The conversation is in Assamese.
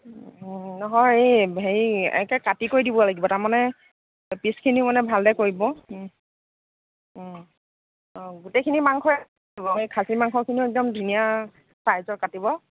নহয় এই হেৰি একে কাটি কৰি দিব লাগিব তাৰমানে পিচখিনি মানে ভালদৰে কৰি দিব অঁ গোটেইখিনি মাংস খাচী মাংসখিনিও একদম ধুনীয়া চাইজৰ কাটিব